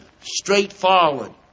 straightforward